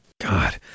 God